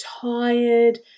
tired